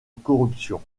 corruption